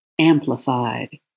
Amplified